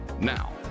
now